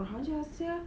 kurang ajar sia